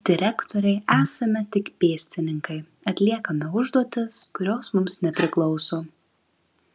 direktorei esame tik pėstininkai atliekame užduotis kurios mums nepriklauso